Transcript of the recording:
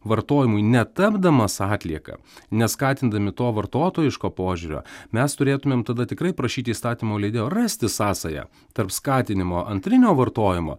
vartojimui netapdamas atlieka neskatindami to vartotojiško požiūrio mes turėtumėm tada tikrai prašyti įstatymo leidėjo rasti sąsają tarp skatinimo antrinio vartojimo